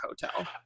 Hotel